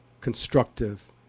constructive